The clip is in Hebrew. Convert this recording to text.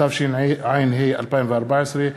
התשע"ה 2014,